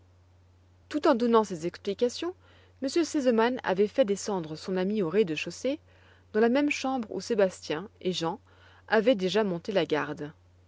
tout en donnant ces explications m r sesemann avait fait descendre son ami au rez-de-chaussée dans la même chambre où sébastien et jean avaient déjà monté la garde